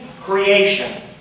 creation